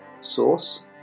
Source